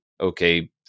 okay